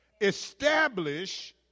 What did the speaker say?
Establish